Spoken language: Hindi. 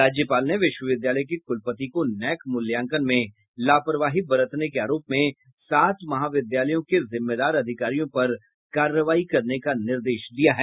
राज्यपाल ने विश्वविद्यालय के कुलपति को नैक मूल्यांकन में लापरवाही बरतने के आरोप में सात महाविद्यालयों के जिम्मेदार अधिकारियों पर कार्रवाई करने का निर्देश दिया है